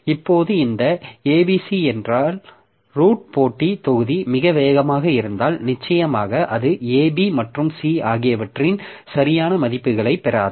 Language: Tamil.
இப்போது இந்த abc என்றால் ரூட் போட்டி தொகுதி மிக வேகமாக இருந்தால் நிச்சயமாக அது ab மற்றும் c ஆகியவற்றின் சரியான மதிப்புகளைப் பெறாது